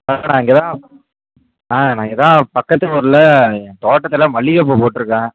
இங்கே தான் ஆ நான் இங்கே தான் பக்கத்து ஊரில் என் தோட்டத்தில் மல்லிகைப்பூ போட்டிருக்கேன்